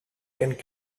can